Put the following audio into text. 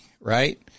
right